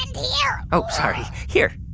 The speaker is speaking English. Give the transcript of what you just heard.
ah here? oh, sorry. here.